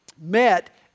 met